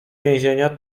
więzienia